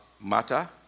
matter